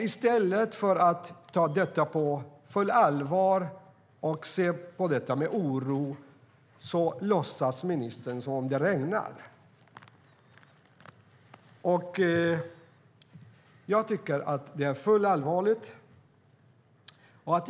I stället för att ta frågan på allvar och se på det hela med oro låtsas ministern som om det regnar. Det tycker jag är mycket allvarligt.